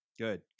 Good